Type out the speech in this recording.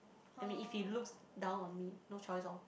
I mean if he looks down on me no choice loh